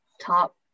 top